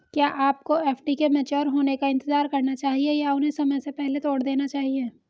क्या आपको एफ.डी के मैच्योर होने का इंतज़ार करना चाहिए या उन्हें समय से पहले तोड़ देना चाहिए?